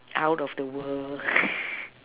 out of the world